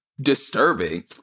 disturbing